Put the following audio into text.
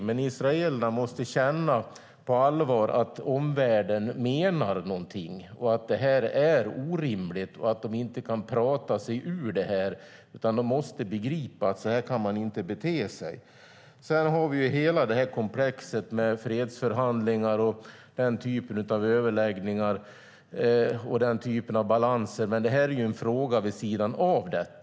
Men israelerna måste känna på allvar att omvärlden menar någonting, att det här är orimligt och att de inte kan prata sig ur det. De måste begripa att så här kan man inte bete sig. Sedan har vi hela komplexet med fredsförhandlingar och den typen av överläggningar och balanser, men det är ju en fråga vid sidan av dagens debatt.